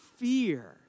fear